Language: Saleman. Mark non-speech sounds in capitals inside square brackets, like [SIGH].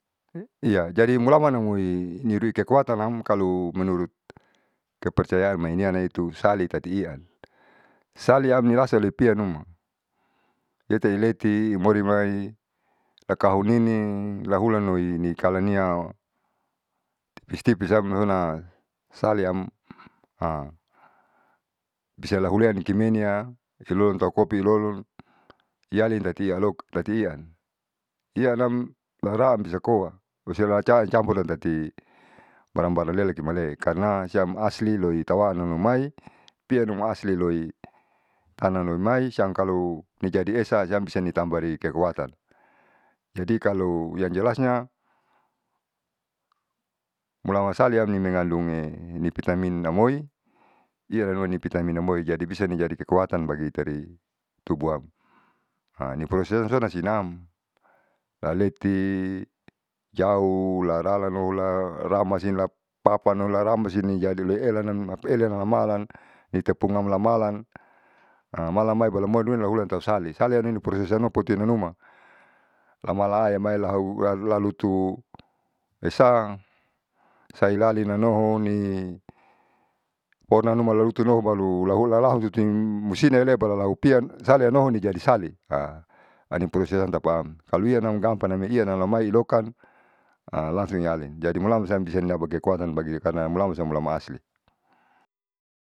iya jadi mulamanaoi nirui kekuatanam kalu menurut kepercayaan manianeitu salih tati ian. Salih am nirasa olipianuma letahileiti morimai akahunining lahulanloi kalaniau tipis tipis am dongnia saleam. [HESITATION] bisa lahuleanlikiminia liluantau kopi lolun yalin tati ialo tati ian. ianam laraan bisakoa usiram carampuran tati barang barang le'ekimale karna siam asliloitawanamamaipianuma asliloi tanaloimai siam kalu ni jadi esa bisa nitambari kekuatan jadi kalu yang jelasnya mulamasaliam mengandung e vitamin amoi ieranuma nivitamin amoi jadi bisa nijadi kekuatan bagi itari tubuam. [HESITATION] nipulasonsonansinam lale'ti jauh laralalohura laramsi lapapano laramasi menjadi loielanam apuelan namalan itepunamalan [HESITATION] malamai baru moiulantausali salianuniuriputuinanuma lamala ai mai laau lalotu hesan sailalinanoho ni pohonanuma lalutunoho baru ulaulahun tutu musianaale balalalupianale salaeanohoni jadi sale animpusu tapaam kalu ianam gamapanameia amai lokan [HESITATION] langsung ialin jadi mulamansan disandapa kekuatan bagi karna mulaman san mulaman asli.